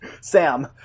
Sam